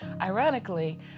Ironically